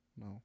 No